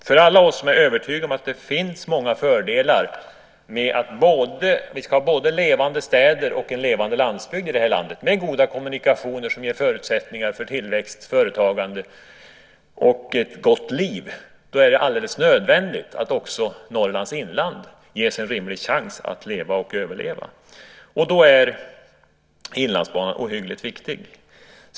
För alla oss som är övertygade om att det är många fördelar knutna till att ha både levande städer och en levande landsbygd i vårt land, med goda kommunikationer som ger förutsättningar för tillväxt, företagande och ett gott liv, är det alldeles nödvändigt att också Norrlands inland ges en rimlig chans att leva och överleva. Då är Inlandsbanan ohyggligt viktig.